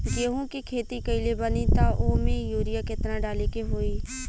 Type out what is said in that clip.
गेहूं के खेती कइले बानी त वो में युरिया केतना डाले के होई?